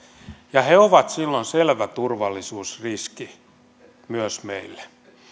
ja he ovat silloin selvä turvallisuusriski myös meille